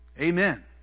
Amen